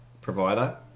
provider